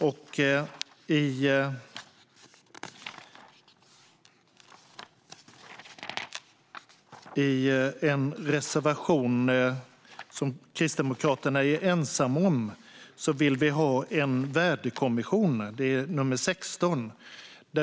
Kristdemokraterna har en egen reservation, nr 16, om en värdekommission.